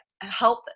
health